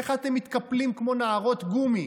איך אתם מתקפלים כמו נערות גומי